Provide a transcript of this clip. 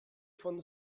von